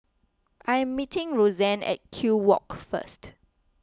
I am meeting Rosanne at Kew Walk first